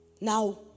Now